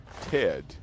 Ted